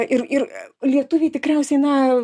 ir ir lietuviai tikriausiai na